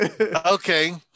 Okay